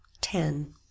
ten